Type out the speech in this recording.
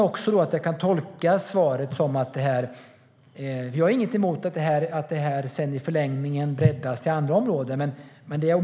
Jag har inget emot att det i förlängningen breddas till andra områden.